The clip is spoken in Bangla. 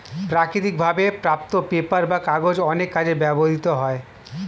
প্রাকৃতিক ভাবে প্রাপ্ত পেপার বা কাগজ অনেক কাজে ব্যবহৃত হয়